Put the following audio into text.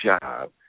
job